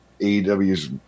AEW's